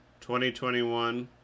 2021